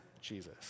Jesus